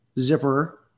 Zipper